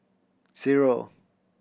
zero